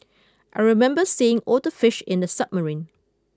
I remember seeing all the fish in the submarine